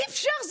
אי-אפשר.